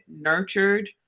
nurtured